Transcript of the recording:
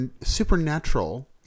supernatural